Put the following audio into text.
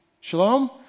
Shalom